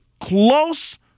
close